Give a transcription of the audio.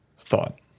thought